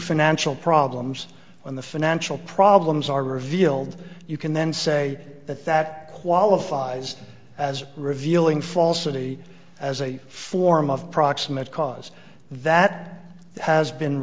financial problems in the financial problems are revealed you can then say that that qualifies as revealing falsity as a form of proximate cause that has been